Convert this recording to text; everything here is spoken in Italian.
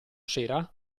sera